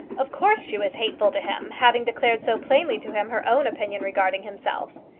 of course, she was hateful to him, having declared so plainly to him her own opinion regarding himself.